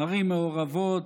ערים מעורבות,